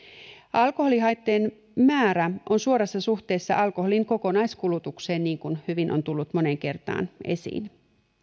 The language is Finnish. alkoholihaittojen määrä on suorassa suhteessa alkoholin kokonaiskulutukseen niin kuin hyvin on tullut moneen kertaan esiin